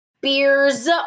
Beers